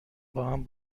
باهم